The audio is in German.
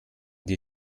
die